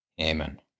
Amen